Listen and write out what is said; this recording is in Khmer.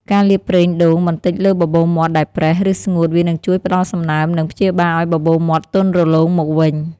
ការលាបប្រេងដូងបន្តិចលើបបូរមាត់ដែលប្រេះ ឬស្ងួត វានឹងជួយផ្តល់សំណើម និងព្យាបាលឲ្យបបូរមាត់ទន់រលោងមកវិញ។